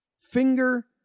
finger